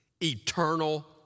eternal